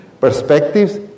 perspectives